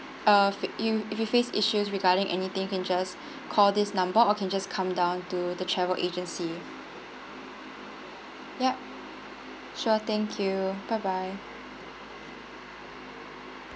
uh if you if you face issues regarding anything can just call this number or can just come down to the travel agency ya sure thank you bye bye